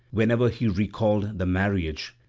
whenever he recalled the marriage,